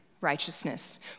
righteousness